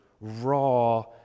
raw